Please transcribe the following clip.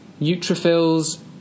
neutrophils